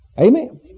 Amen